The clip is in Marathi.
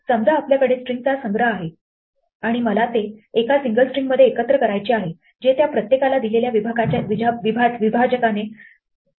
समजा आपल्याकडे स्ट्रिंगचा संग्रह आहे आणि मला ते एका सिंगल स्ट्रिंगमध्ये एकत्र करायचे आहे जे त्या प्रत्येकाला दिलेल्या विभाजकाने वेगळे करते